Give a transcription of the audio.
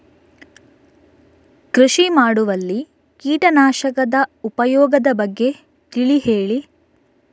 ಕೃಷಿ ಮಾಡುವಲ್ಲಿ ಕೀಟನಾಶಕದ ಉಪಯೋಗದ ಬಗ್ಗೆ ತಿಳಿ ಹೇಳಿ